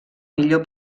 millor